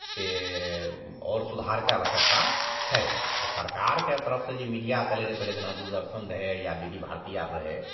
से आओर सुधारके आवश्यकता छै तऽ सरकारके तरफसे जे मीडिआ चलै रहै पहिले जेना दूरदर्शन रहै या डी डी भारती आओर रहै